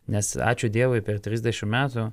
nes ačiū dievui per trisdešimt metų